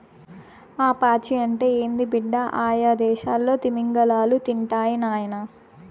ఆ పాచి అంటే ఏంది బిడ్డ, అయ్యదేసాల్లో తిమింగలాలు తింటాయి నాయనా